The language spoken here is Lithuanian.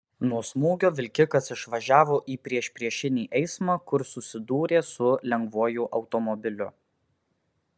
nuo smūgio vilkikas išvažiavo į priešpriešinį eismą kur susidūrė su lengvuoju automobiliu